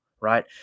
right